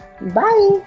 bye